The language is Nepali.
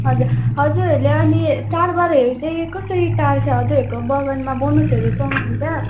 हजुर हजुरहरूले अनि चाडबाडहरू चाहिँ कसरी टार्छ हजुरहरूको बगानमा बोनसहरू पाउनुहुन्छ